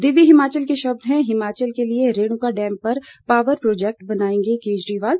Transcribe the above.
दिव्य हिमाचल के शब्द हैं हिमाचल के लिए रेणुका डैम पर पावर प्रोजेक्ट बनाएंगे केजरीवाल